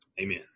Amen